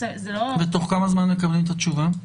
ובתוך כמה זמן מקבלים את התשובה?